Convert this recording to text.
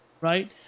right